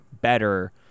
better